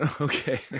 Okay